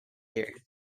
year